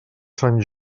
sant